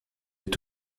est